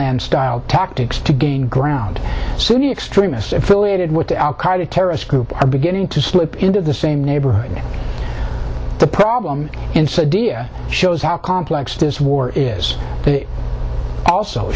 land style tactics to gain ground sunni extremists affiliated with al qaeda terrorist groups are beginning to slip into the same neighborhood the problem inside dia shows how complex this war is also